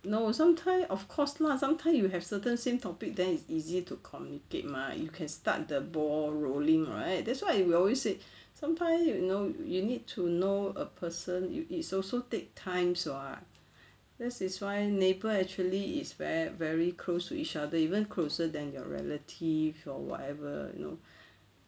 no sometimes of course lah sometime you have certain same topic then it's easy to communicate mah you can start the ball rolling right that's why you will always say sometimes you know you need to know a person you it also take time [what] this is why neighbour actually is very very close to each other even closer than your relative or whatever you know